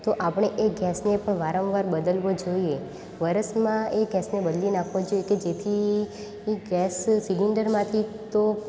તો આપણે એ ગેસને પણ વારંવાર બદલવો જોઈએ વરસમાં એ ગેસને બદલી નાખવો જોઈએ કે જેથી ગેસ સિલિન્ડરમાંથી તો